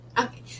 okay